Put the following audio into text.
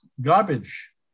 garbage